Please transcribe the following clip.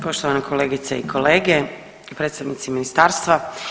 Poštovane kolegice i kolege, predstavnici Ministarstva.